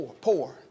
poor